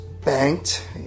Banked